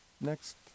Next